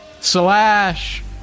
Slash